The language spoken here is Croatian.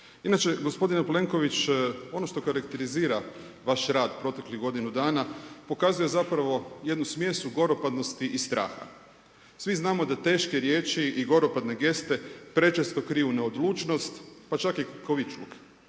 Inače gospodine Plenković, ono što karakterizira vaš rad proteklih godinu dana pokazuje zapravo jednu smjesu goropadnosti i straha. Svi znamo da teške riječi i goropadne geste prečesto kriju neodlučnost, pa čak i kukavičluk.